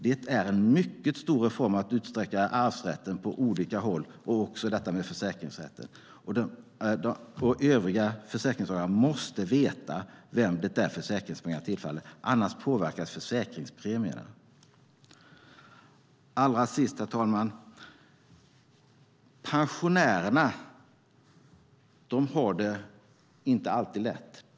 Det är en mycket stor reform att utsträcka arvsrätten på olika håll, och också detta med försäkringsrätten. Övriga försäkringstagare måste veta vem försäkringspengarna tillfaller, för annars påverkas försäkringspremierna. Allra sist, herr talman: Pensionärerna har det inte alltid lätt.